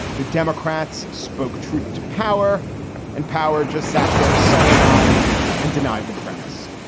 the democrats spoke truth to power and power, just sat there sullen eyed and denied the premise.